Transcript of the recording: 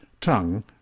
tongue